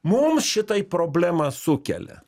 mum šitai problemą sukelia